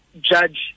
judge